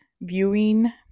viewing